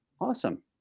awesome